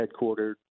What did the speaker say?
headquartered